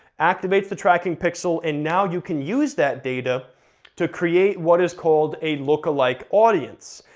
activates the tracking pixel, and now you can use that data to create what is called a lookalike audience.